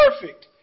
perfect